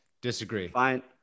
Disagree